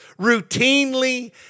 routinely